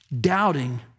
doubting